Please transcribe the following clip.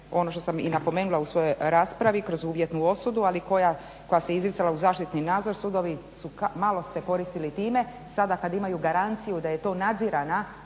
ono što sam i napomenula u svojoj raspravi kroz uvjetnu osudu, ali koja se izricala u zaštitnom nadzoru, sudovi su malo se koristili time, sada kada imaju garanciju da je to nadzirana